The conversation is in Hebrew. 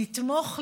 לתמוך,